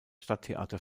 stadttheater